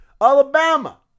Alabama